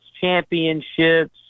championships